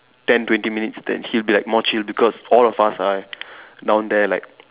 ten twenty minutes then he'll be like more chill because all of us are down there like